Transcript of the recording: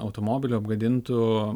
automobilio apgadintų